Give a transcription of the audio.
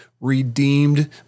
redeemed